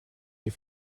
die